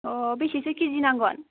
अ बेसेसो केजि नांगोन